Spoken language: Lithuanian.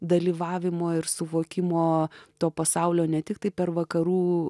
dalyvavimo ir suvokimo to pasaulio ne tiktai per vakarų